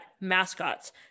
mascots